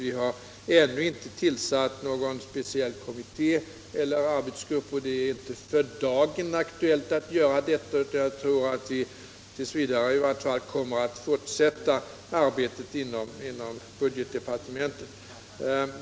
Vi har ännu inte tillsatt någon speciell kommitté eller arbetsgrupp, och det är inte för dagen aktuellt att göra det. Jag tror att vi i vart fall tills vidare kommer att fortsätta arbetet inom budgetdepartementet.